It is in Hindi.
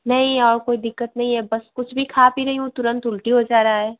नहीं और कोई दिक्कत नहीं है बस कुछ भी खा पी रही हूँ तुरंत उलटी हो जा रहा है